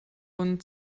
und